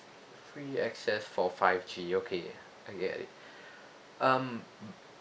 free access for five G okay I get it um